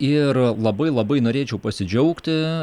ir labai labai norėčiau pasidžiaugti